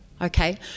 Okay